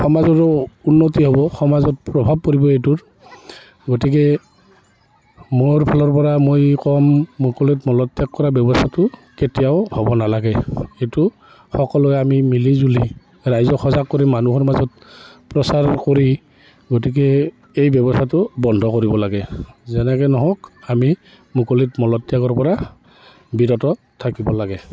সমাজৰো উন্নতি হ'ব সমাজত প্ৰভাৱ পৰিব এইটোৰ গতিকে মোৰ ফালৰ পৰা মই ক'ম মুকলিত মলত্যাগ কৰা ব্যৱস্থাটো কেতিয়াও হ'ব নালাগে এইটো সকলোৱে আমি মিলি জুলি ৰাইজক সজাগ কৰি মানুহৰ মাজত প্ৰচাৰ কৰি গতিকে এই ব্যৱস্থাটো বন্ধ কৰিব লাগে যেনেকৈ নহওক আমি মুকলিত মলত্যাগৰ পৰা বিৰত থাকিব লাগে